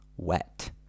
wet